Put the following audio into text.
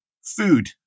Food